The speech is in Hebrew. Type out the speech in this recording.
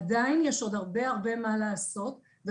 עדיין יש עוד הרבה מאוד מה לעשות עם הכסף